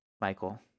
Michael